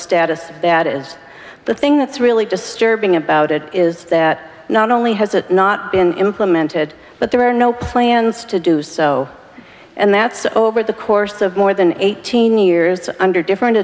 status of that is the thing that's really disturbing about it is that not only has it not been implemented but there are no plans to do so and that's over the course of more than eighteen years under different